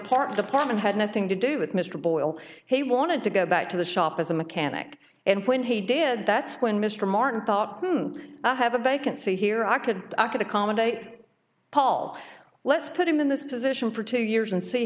and had nothing to do with mr boyle he wanted to go back to the shop as a mechanic and when he did that's when mr martin thought i have a bacon so here i could i could accommodate paul let's put him in this position for two years and see